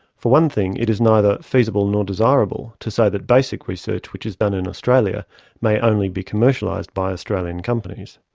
for one thing, it is neither feasible nor desirable to say that basic research which is done in australia may only be commercialised by australian companies.